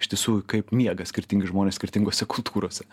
iš tiesų kaip miega skirtingi žmonės skirtingose kultūrose